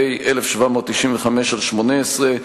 פ/1795/18,